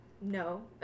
no